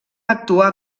actuar